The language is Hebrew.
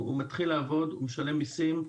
הוא מתחיל לעבוד, הוא משלם מסים,